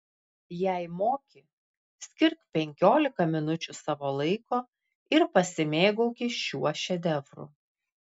jei moki skirk penkiolika minučių savo laiko ir pasimėgauki šiuo šedevru